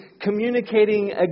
communicating